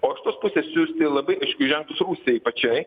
o iš tos pusės siūsti labai aiškius ženklus rusijai pačiai